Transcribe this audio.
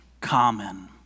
common